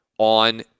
on